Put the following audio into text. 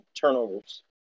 turnovers